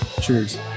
cheers